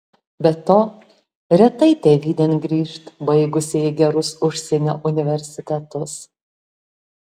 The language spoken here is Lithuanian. be to retai tėvynėn grįžt baigusieji gerus užsienio universitetus